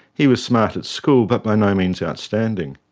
he was smart at school but by no means outstanding.